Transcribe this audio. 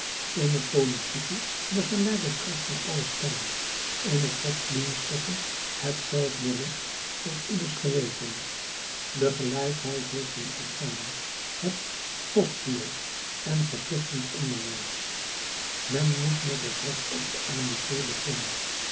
in het politieke de gelijke kracht van alle stemmen in het godsdienstige hetzelfde recht voor ieders geweten de gelijkheid heeft een orgaan het kosteloos en verplichtend onderwijs men moet met het recht op het a b c beginnen